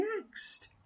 next